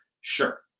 sure